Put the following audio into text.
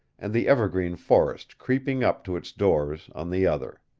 and the evergreen forest creeping up to its doors on the other.